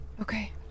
Okay